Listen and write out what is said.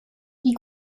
die